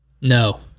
No